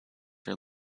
are